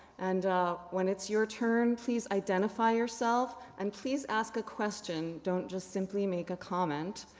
and when it's your turn please identify yourself. and please ask a question. don't just simply make a comment.